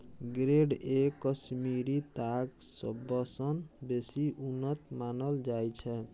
grade A Kashmiri ताग सबसँ बेसी उन्नत मानल जाइ छै